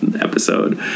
episode